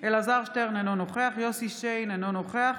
אלעזר שטרן, אינו נוכח יוסף שיין, אינו נוכח